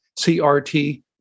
CRT